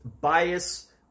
bias